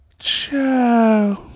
Ciao